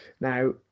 Now